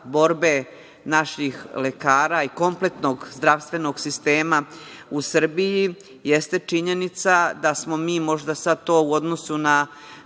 borbe naših lekara i kompletnog zdravstvenog sistema u Srbiji jeste činjenica da smo mi, možda sad to u odnosu na